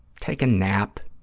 take a nap.